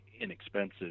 inexpensive